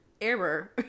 error